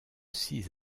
six